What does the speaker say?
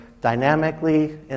dynamically